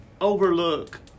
overlook